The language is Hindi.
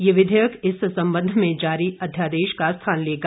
यह विधेयक इस संबंध में जारी अध्यादेश का स्थान लेगा